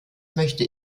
möchte